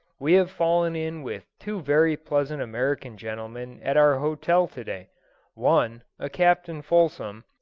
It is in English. we have fallen in with two very pleasant american gentlemen at our hotel to-day one, a captain fulsom,